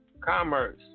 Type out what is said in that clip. commerce